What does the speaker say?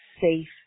safe